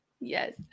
Yes